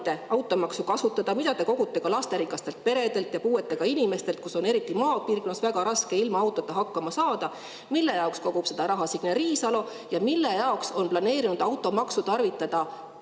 automaksust [saadud raha], mida te kogute ka lasterikastelt peredelt ja puudega inimestelt, kellel on eriti raske maapiirkonnas ilma autota hakkama saada. Mille jaoks kogub seda raha Signe Riisalo ja mille jaoks on planeerinud automaksu tarvitada